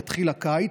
יתחיל הקיץ.